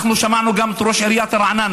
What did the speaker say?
אנחנו שמענו גם את ראש עיריית רעננה,